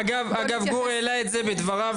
אגב, גור העלה את זה בדבריו.